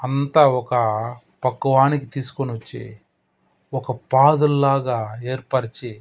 అంతా ఒక పకువానికి తీసుకుని వచ్చి ఒక పాదుల్లాగ ఏర్పరిచి